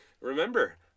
remember